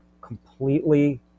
completely